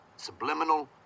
Subliminal